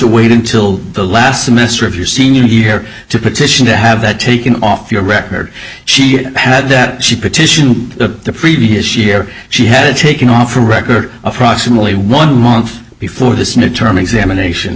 wait until the last semester of your senior year to petition to have that taken off your record she had that she partition the previous year she had taken off the record approximately one month before this new term examination